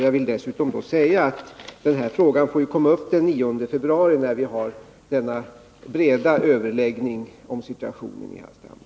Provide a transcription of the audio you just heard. Jag vill dessutom säga att den här frågan får komma upp den 9 februari, när vi har den breda överläggningen om situationen i Hallstahammar.